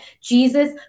Jesus